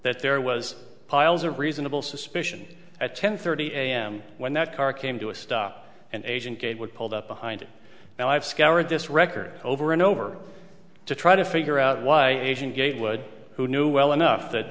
that there was piles of reasonable suspicion at ten thirty am when that car came to a stop and asian gatewood pulled up behind it now i've scoured this record over and over to try to figure out why asian gatewood who knew well enough that